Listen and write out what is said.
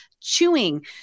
chewing